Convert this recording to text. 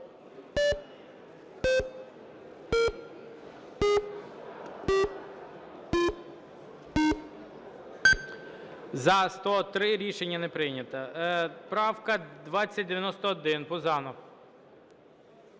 За-103 Рішення не прийнято. Правка 2091, Пузанов.